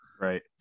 Right